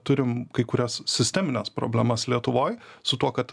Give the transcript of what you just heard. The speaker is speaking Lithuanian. turim kai kurias sistemines problemas lietuvoj su tuo kad